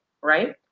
right